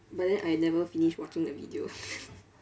but then I never finish watching the video